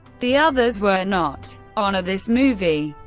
the others were not. honor this movie.